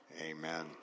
Amen